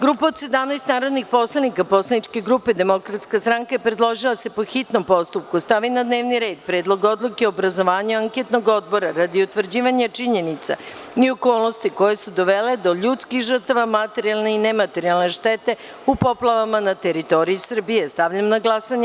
Grupa od 17 narodnih poslanika poslaničke grupe Demokratska stranka je predložila da se, po hitnom postupku stavi na dnevni red Predlog odluke o obrazovanju anketnog odbora radi utvrđivanja činjenica i okolnosti koje su dovele do ljudskih žrtava, materijalne i nematerijalne štete u poplavama na teritoriji Srbije, koji je podnela Narodnoj skupštini 17. jula 2014. godine.